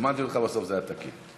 כשהזמנתי אותך בסוף זה היה תקין.